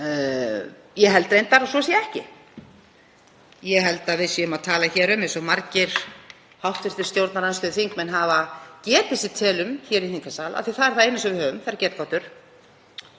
Ég held reyndar að svo sé ekki. Ég held að við séum að tala hér um eins og margir hv. stjórnarandstöðuþingmenn hafa getið sér til um hér í þingsal, af því að það er það eina sem við höfum, það eru getgátur,